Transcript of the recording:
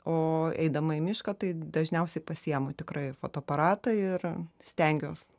o eidama į mišką tai dažniausiai pasiimu tikrai fotoaparatą ir stengiuos